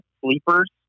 sleepers